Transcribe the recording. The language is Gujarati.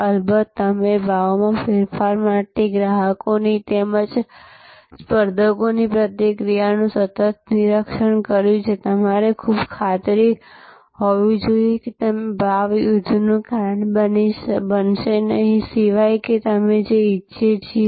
અલબત્ત તમે ભાવમાં ફેરફાર માટે ગ્રાહકોની તેમજ સ્પર્ધકોની પ્રતિક્રિયાઓનું સતત નિરીક્ષણ કર્યું છે તમારે ખૂબ ખાતરી હોવી જોઈએ કે તમે ભાવ યુદ્ધનું કારણ બનશે નહીં સિવાય કે અમે જે ઈચ્છીએ છીએ